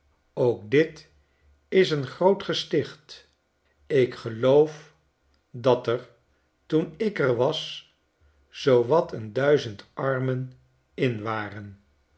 ook dit is een groot gesticht ik geloof dat er toen ik er was zoowat een duizend armen in waren